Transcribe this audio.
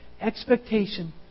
expectation